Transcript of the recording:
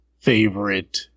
favorite